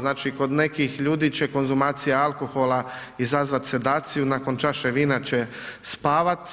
Znači kod nekih ljudi će konzumacija alkohola izazvat sedaciju, nakon čaše vina će spavat,